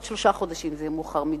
עוד שלושה חודשים זה יהיה מאוחר מדי.